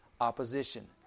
opposition